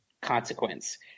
consequence